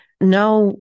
no